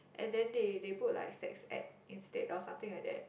and then they they put like sex ed instead or something like that